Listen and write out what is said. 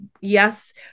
Yes